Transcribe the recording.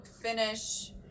finish